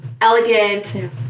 elegant